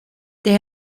they